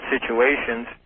situations